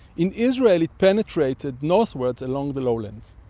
in israel it penetrated northwards along the lowlands.